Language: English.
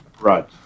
Right